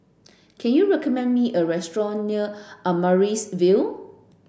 can you recommend me a restaurant near Amaryllis Ville